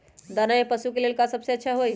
दाना में पशु के ले का सबसे अच्छा होई?